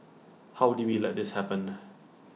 how did we let this happen